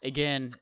Again